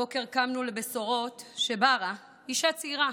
הבוקר קמנו לבשורות שבראאה, אישה צעירה,